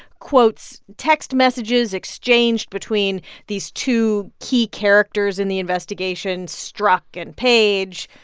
quotes text messages exchanged between these two key characters in the investigation, strzok and page.